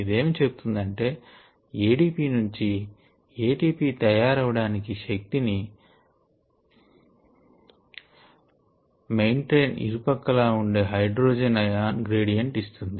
ఇదేమి చెపుతుంది అంటే A D P నుంచి A T P తయారవడానికి శక్తిని మెంబ్రేన్ ఇరుపక్కలా ఉండే హైడ్రోజెన్ అయాన్ గ్రేడియంట్ ఇస్తుంది